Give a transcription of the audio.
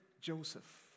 Joseph